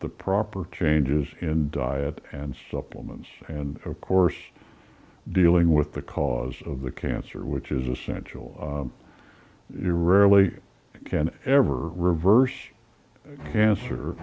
the proper changes in diet and supplements and of course dealing with the cause of the cancer which is essential you rarely can ever reverse cancer